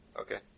Okay